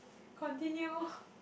continue